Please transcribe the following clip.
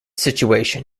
situation